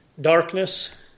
darkness